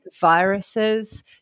viruses